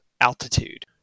altitude